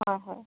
হয় হয়